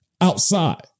outside